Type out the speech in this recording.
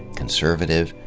conservative,